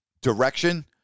direction